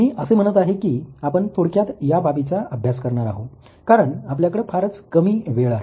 मी असे म्हणत आहे की आपण थोडक्यात या बाबीचा अभ्यास करणार अहो कारण आपल्याकडे फारच कमी वेळ आहे